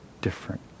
different